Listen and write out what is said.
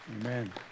Amen